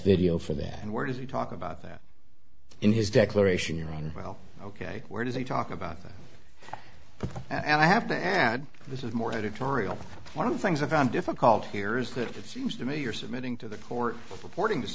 video for that and where does he talk about that in his declaration you know well ok where does he talk about but i have to add this is more editorial one of the things i found difficult here is that it seems to me you're submitting to the court reporting